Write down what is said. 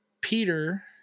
Peter